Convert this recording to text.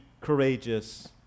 courageous